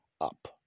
up